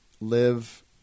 live